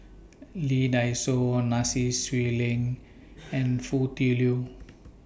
Lee Dai Soh Swee Leng and Foo Tui Liew